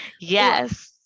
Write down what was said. yes